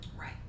Right